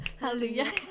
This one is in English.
Hallelujah